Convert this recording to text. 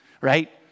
right